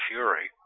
Fury